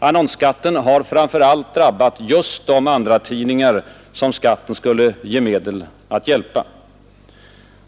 Annonsskatten har framför allt drabbat just de andratidningar som skatten skulle ge medel att hjälpa.